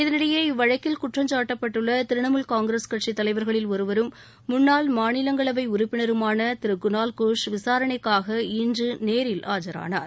இதனிடையே இவ்வழக்கில் குற்றம் சாட்டப்பட்டுள்ள திரிணாமுல் காங்கிரஸ் கட்சி தலைவர்களில் ஒருவரும் முன்னாள் மாநிலங்களவை உறுப்பினருமான திரு குணால் கோஷ் விசாரனைக்காக இன்று நேரில் ஆஜர் ஆனார்